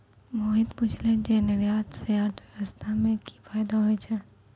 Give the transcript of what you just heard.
मोहित पुछलकै जे निर्यातो से अर्थव्यवस्था मे कि फायदा होय छै